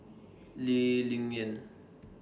Lee Ling Yen